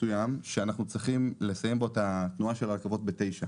אנחנו צריכים לסיים את תנועת הרכבות בתשע